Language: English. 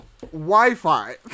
Wi-Fi